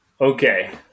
Okay